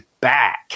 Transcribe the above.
back